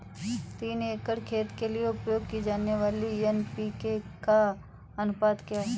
तीन एकड़ खेत के लिए उपयोग की जाने वाली एन.पी.के का अनुपात क्या है?